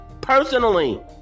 personally